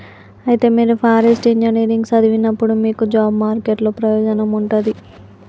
అయితే మీరు forest engineering సదివినప్పుడు మీకు జాబ్ మార్కెట్ లో ప్రయోజనం ఉంటది